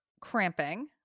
cramping